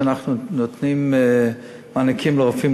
אנחנו נותנים מענקים לרופאים,